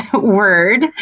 word